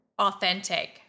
authentic